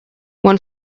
one